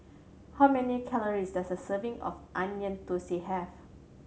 how many calories does a serving of Onion Thosai have